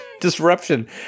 disruption